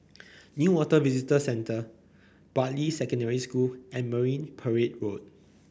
Newater Visitor Centre Bartley Secondary School and Marine Parade Road